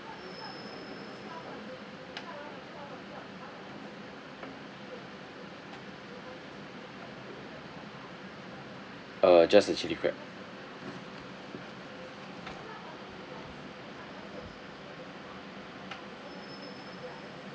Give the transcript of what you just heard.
uh just the chilli crab